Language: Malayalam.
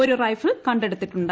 ഒരു റൈഫിൾ കണ്ടടുത്തിട്ടുണ്ട്